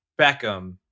Beckham